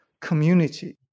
community